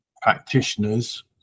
practitioners